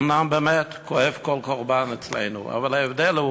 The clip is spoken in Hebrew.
אומנם באמת כואב על כל קורבן אצלנו, אבל ההבדל הוא